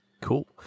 Cool